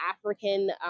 African